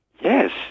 Yes